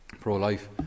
pro-life